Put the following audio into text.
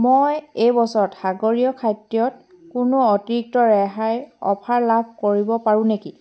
মই এই বছৰত সাগৰীয় খাদ্যত কোনো অতিৰিক্ত ৰেহাইৰ অফাৰ লাভ কৰিব পাৰোঁ নেকি